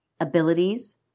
abilities